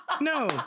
No